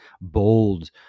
bold